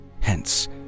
Hence